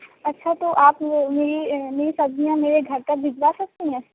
اچھا تو آپ میری میری سبزیاں میرے گھر تک بھجوا سکتی ہیں